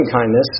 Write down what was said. kindness